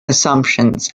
assumptions